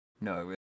No